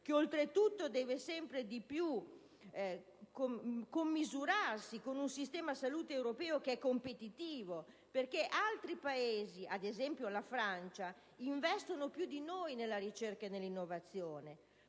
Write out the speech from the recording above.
che oltre tutto deve commisurarsi sempre più con un sistema salute europeo competitivo, perché altri Paesi, ad esempio la Francia, investono più di noi nella ricerca e nell'innovazione.